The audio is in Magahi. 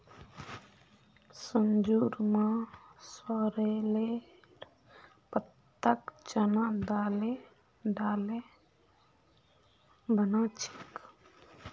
संजूर मां सॉरेलेर पत्ताक चना दाले डाले बना छेक